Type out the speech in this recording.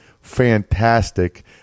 fantastic